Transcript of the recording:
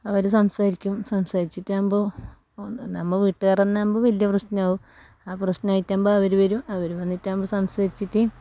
അവർ സംസാരിക്കും സംസാരിച്ചിട്ടാകുമ്പോൾ നമ്മ വീട്ടുകാർ തന്നെയാകുമ്പോൾ വലിയ പ്രശ്നമാകും ആ പ്രശ്നമായിട്ടാകുമ്പം അവർ വരും അവർ വന്നിട്ടാകുമ്പം സംസാരിച്ചിട്ട്